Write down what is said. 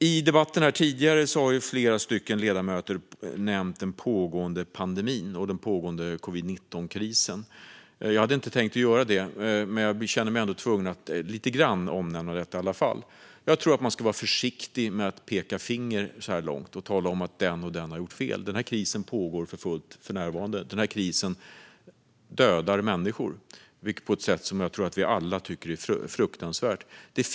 Tidigare i denna debatt har flera ledamöter nämnt den pågående pandemin och covid-19-krisen. Jag hade inte tänkt göra det men känner mig ändå tvungen att lite grann nämna detta. Jag tror att man så här långt ska vara försiktig med att peka finger och tala om att den eller den har gjort fel. Denna kris pågår för närvarande för fullt och dödar människor på ett sätt som jag tror att vi alla tycker är fruktansvärt.